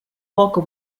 poco